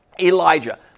Elijah